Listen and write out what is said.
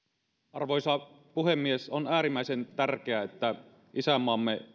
arvoisa puhemies on äärimmäisen tärkeää että isänmaamme